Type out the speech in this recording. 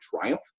triumph